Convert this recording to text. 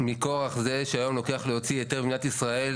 מכוח זה שהיום לוקח להוציא היתר במדינת ישראל,